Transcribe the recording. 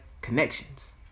connections